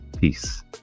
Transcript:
peace